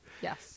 yes